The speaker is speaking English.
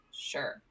Sure